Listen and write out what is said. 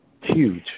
Huge